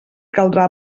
caldrà